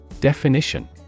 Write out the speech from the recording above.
Definition